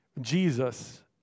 Jesus